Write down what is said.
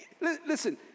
Listen